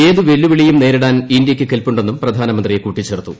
ഏതു വെല്ലുവിളിയും നേരിടാൻ ഇന്ത്യയ്ക്ക് കെൽപുണ്ടെന്നും പ്രധാനമനത്രി കൂട്ടിചേർത്തു